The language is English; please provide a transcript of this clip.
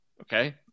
Okay